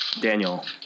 Daniel